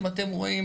אתם רואים